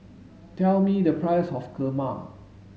tell me the price of kurma